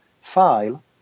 file